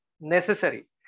necessary